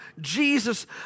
Jesus